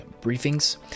Briefings